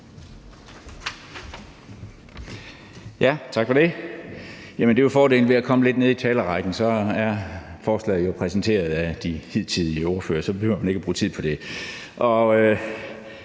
Tak for det. Det er jo fordelen ved at komme lidt nede i talerrækken, for så er forslaget jo præsenteret af de hidtidige ordførere, og så behøver man ikke at bruge tid på det.